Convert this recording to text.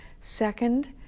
Second